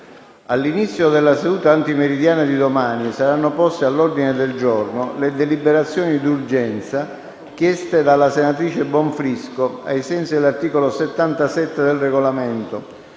All'inizio della seduta antimeridiana di domani saranno poste all'ordine del giorno le deliberazioni d'urgenza chieste dalla senatrice Bonfrisco, ai sensi dell'articolo 77 del Regolamento,